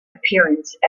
appearance